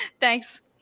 Thanks